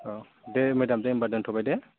औ दे मेदाम दे होनबा दोनथ'बाय दे